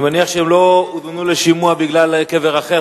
אני מניח שהם לא הוזמנו לשימוע בגלל קבר רחל,